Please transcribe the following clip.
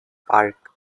park